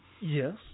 Yes